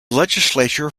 legislature